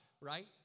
right